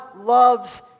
loves